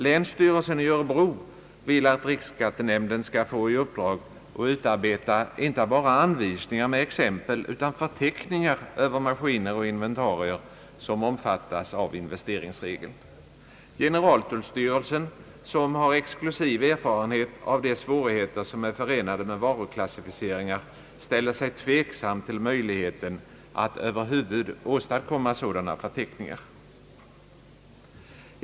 Länsstyrelsen i Örebro vill att riksskattenämnden skall få i uppdrag att utarbeta inte bara anvisningar med exempel utan också förteckningar över maskiner och inventarier som omfattas av investeringsregeln. Generaltullstyrelsen, som har exklusiv erfarenhet av de svårigheter som är förenade med varuklassificeringar, ställer sig tveksam till möjligheten att över huvud åstadkomma sådana förteckningar.